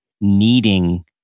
needing